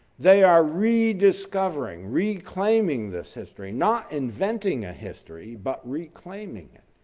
they are rediscovering, reclaiming this history, not inventing a history but reclaiming it.